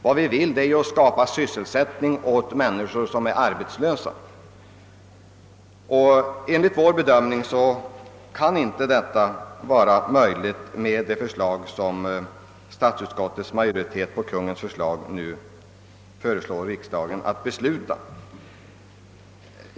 Vad vi vill är ju att skapa sysselsättning åt människor som är arbetslösa. Enligt vår bedömning blir detta inte möjligt med det förslag som statsutskottets majoritet i enlighet med Kungl. Maj:ts proposition nu hemställer att riksdagen skall godkänna.